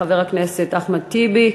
לחבר הכנסת אחמד טיבי,